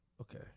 Okay